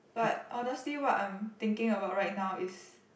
but honestly what I'm thinking about right now is